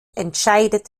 entscheidet